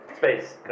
Space